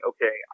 Okay